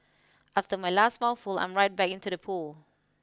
after my last mouthful I'm right back into the pool